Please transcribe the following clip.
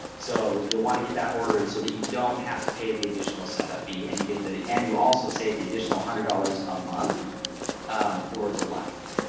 so you'll want to get that ordered so that you don't have to pay the additional setup fee and you get the. and you also save the additional hundred dollars a month for the life.